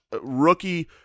rookie